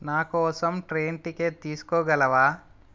నాకోసం train ticket తీసుకోగలవా